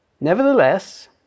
Nevertheless